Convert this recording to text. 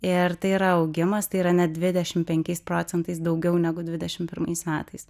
ir tai yra augimas tai yra net dvidešim penkiais procentais daugiau negu dvidešim pirmais metais